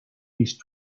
least